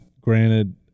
Granted